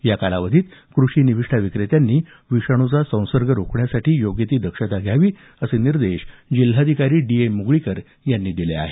या कालावधीत क्रषी निविष्ठा विक्रेत्यांनी विषाणूचा संसर्ग रोखण्यासाठी योग्य ती दक्षता घ्यावी असे निर्देश जिल्हाधिकारी डी एम मुगळीकर यांनी दिले आहेत